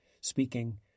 speaking